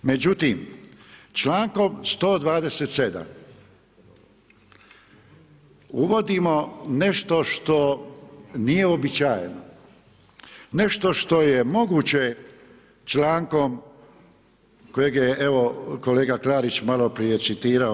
Međutim, člankom 127. uvodimo nešto što nije uobičajeno, nešto što je moguće člankom kojeg je evo kolega Klarić malo prije citirao.